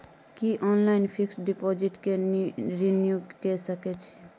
की online fix deposit के renew के सकै छी?